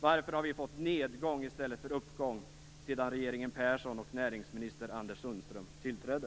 Varför har vi fått nedgång i stället för uppgång sedan regeringen Persson och näringsminister Anders Sundström tillträdde?